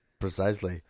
Precisely